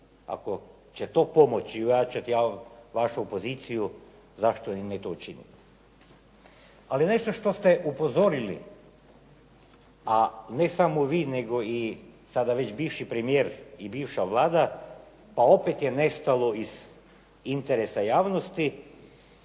Ako će to pomoći i ojačati vašu poziciju, zašto to ne učiniti. Ali nešto što ste upozorili, a ne samo vi nego i bivši premijer i bivša Vlada, pa opet je nestalo iz interesa javnosti